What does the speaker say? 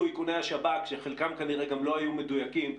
איכוני השב"כ שחלקם כנראה גם לא היו מדויקים,